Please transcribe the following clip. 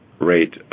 rate